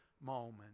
moment